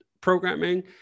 programming